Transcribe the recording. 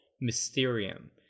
Mysterium